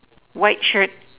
white shirt